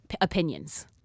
opinions